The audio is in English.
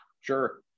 Sure